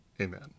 Amen